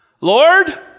Lord